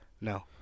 No